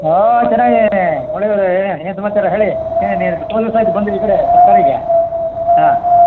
ಓ ಚೆನ್ನಾಗಿದೀನಿ ಮುರಳಿ ಅವರೇ ಏನು ಸಮಾಚಾರ ಹೇಳಿ ಏ ನೀವು ಎಷ್ಟೋ ದಿವಸ ಆಯಿತು ಬಂದು ಈ ಕಡೆ ತರಕಾರಿಗೆ ಹಾಂ